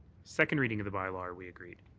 second reading of the bylaw are we agreed?